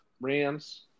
Rams